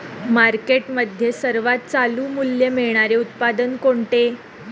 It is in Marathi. मार्केटमध्ये सर्वात चालू मूल्य मिळणारे उत्पादन कोणते?